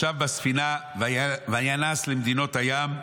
ישב בספינה וינס למדינות הים.